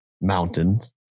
Mountains